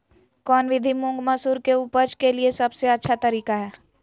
कौन विधि मुंग, मसूर के उपज के लिए सबसे अच्छा तरीका है?